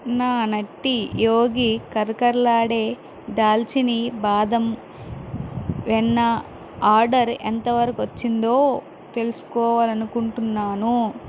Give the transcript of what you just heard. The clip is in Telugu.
నా నట్టీ యోగి కరకరలాడే దాల్చీనీ బాదం వెన్న ఆర్డర్ ఎంతవరకు వచ్చిందో తెలుసుకోవాలనుకుంటున్నాను